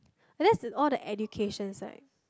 unless is all the education side